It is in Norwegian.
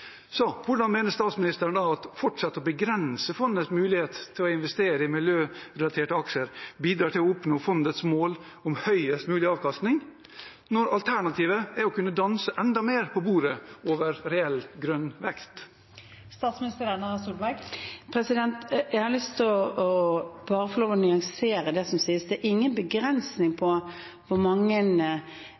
Så hvordan mener statsministeren da at å fortsette å begrense fondets mulighet til å investere i miljørelaterte aksjer bidrar til å oppnå fondets mål om høyest mulig avkastning, når alternativet er å kunne danse enda mer på bordet over reell grønn vekst? Jeg vil bare få lov til å nyansere det som sies. Det er ingen begrensning på hvor